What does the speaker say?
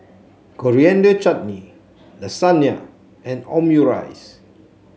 Coriander Chutney Lasagne and Omurice